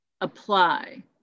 apply